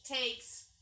takes